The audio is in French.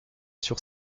sur